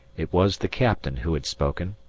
it was the captain who had spoken.